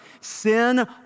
sin